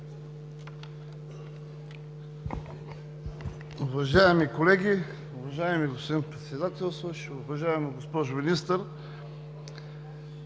Уважаеми колеги, уважаеми господин Председател, уважаема госпожо Министър!